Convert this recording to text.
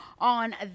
on